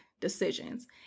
decisions